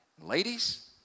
Ladies